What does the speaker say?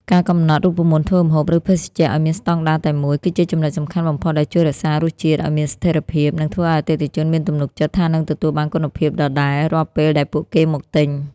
ការកំណត់រូបមន្តធ្វើម្ហូប ឬភេសជ្ជៈឱ្យមានស្ដង់ដារតែមួយ គឺជាចំណុចសំខាន់បំផុតដែលជួយរក្សារសជាតិឱ្យមានស្ថិរភាព និងធ្វើឱ្យអតិថិជនមានទំនុកចិត្តថានឹងទទួលបានគុណភាពដដែលរាល់ពេលដែលពួកគេមកទិញ។